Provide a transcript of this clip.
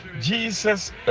Jesus